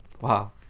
Wow